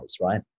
right